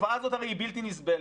התופעה הזאת הרי היא בלתי נסבלת,